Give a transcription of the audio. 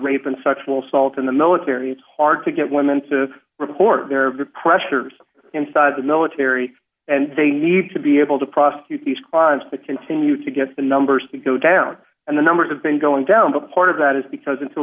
rape and sexual assault in the military it's hard to get women to report their pressures inside the military and they need to be able to prosecute these crimes to continue to get the numbers to go down and the numbers have been going down the part of that is because